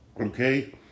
Okay